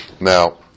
Now